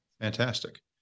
Fantastic